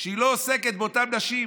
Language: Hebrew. כשהיא לא עוסקת באותן נשים,